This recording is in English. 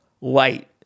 Light